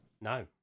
No